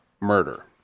murder